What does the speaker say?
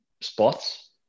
spots